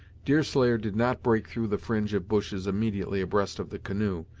deerslayer did not break through the fringe of bushes immediately abreast of the canoe,